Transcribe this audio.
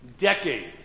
decades